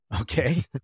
okay